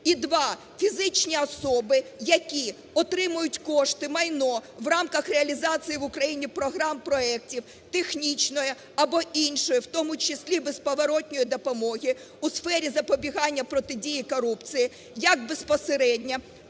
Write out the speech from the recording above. І два. Фізичні особи, які отримують кошти, майно в рамках реалізації в Україні програм-проектів, технічної або іншої в тому числі безповоротньої допомоги у сфері запобігання протидії корупції як безпосередньо,